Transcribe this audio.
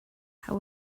how